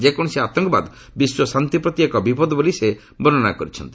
ଯେକୌଣସି ଆତଙ୍କବାଦ ବିଶ୍ୱ ଶାନ୍ତିପ୍ରତି ଏକ ବିପଦ ବୋଲି ସେ କହିଛନ୍ତି